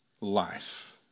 life